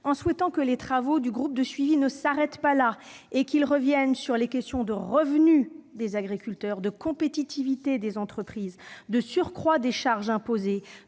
en souhaitant que les travaux du groupe de suivi ne s'arrêtent pas là et qu'ils reviennent sur les questions du revenu agricole, de la compétitivité des entreprises, du surcroît des charges imposées,